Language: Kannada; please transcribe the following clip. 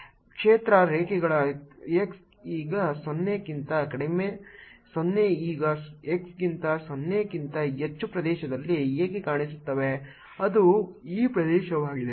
ಕ್ಷೇತ್ರ ರೇಖೆಗಳು x ಈಗ 0 ಕ್ಕಿಂತ ಕಡಿಮೆ 0 ಈಗ x ಗಿಂತ 0 ಕ್ಕಿಂತ ಹೆಚ್ಚು ಪ್ರದೇಶದಲ್ಲಿ ಹೇಗೆ ಕಾಣಿಸುತ್ತವೆ ಅದು ಈ ಪ್ರದೇಶವಾಗಿದೆ